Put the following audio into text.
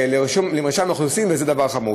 למרשם האוכלוסין, וזה דבר חמור.